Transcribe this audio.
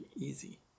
easy